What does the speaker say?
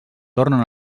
tornen